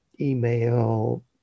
Email